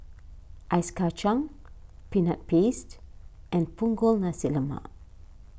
Ice Kachang Peanut Paste and Punggol Nasi Lemak